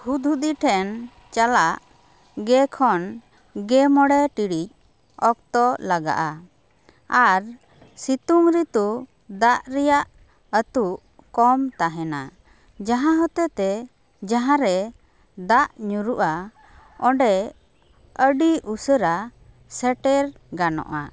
ᱦᱩᱫᱽᱦᱩᱫᱤ ᱴᱷᱮᱱ ᱪᱟᱞᱟᱜ ᱜᱮᱞ ᱠᱷᱚᱱ ᱜᱮᱞ ᱢᱚᱬᱮ ᱴᱤᱬᱤᱡ ᱚᱠᱛᱚ ᱞᱟᱜᱟᱜᱼᱟ ᱟᱨ ᱥᱤᱛᱩᱝ ᱨᱤᱛᱩ ᱫᱟᱜ ᱨᱮᱱᱟᱜ ᱟᱛᱩᱜ ᱠᱚᱢ ᱛᱟᱦᱮᱱᱟ ᱡᱟᱦᱟᱸ ᱦᱚᱛᱮ ᱛᱮ ᱡᱟᱦᱟᱸ ᱨᱮ ᱫᱟᱜ ᱧᱩᱨᱩᱜᱼᱟ ᱚᱸᱰᱮ ᱟᱹᱰᱤ ᱩᱥᱟᱹᱨᱟ ᱥᱮᱴᱮᱨ ᱜᱟᱱᱚᱜᱼᱟ